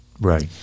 Right